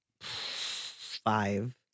five